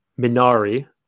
Minari